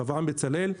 אברהם בצלאל,